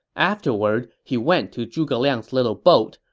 afterward, he went to zhuge liang's little boat,